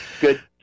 Good